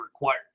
required